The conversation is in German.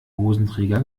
hosenträger